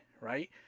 right